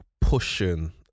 pushing